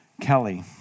Kelly